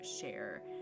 share